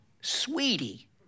Sweetie